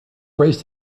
braced